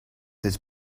this